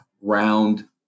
round